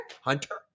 Hunter